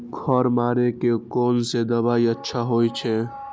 खर मारे के कोन से दवाई अच्छा होय छे?